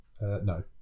No